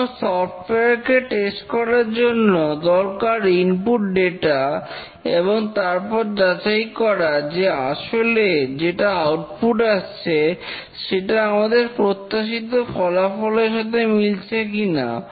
কোন সফটওয়্যার কে টেস্ট করার জন্য দরকার ইনপুট ডেটা এবং তারপর যাচাই করা যে আসলে যেটা আউটপুট আসছে সেটা আমাদের প্রত্যাশিত ফলাফলের সাথে মিলছে কিনা